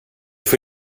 får